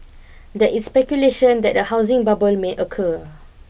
there is speculation that a housing bubble may occur